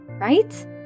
right